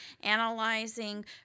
analyzing